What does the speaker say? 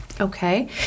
Okay